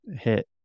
hit